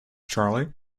charley